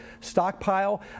stockpile